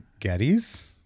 gettys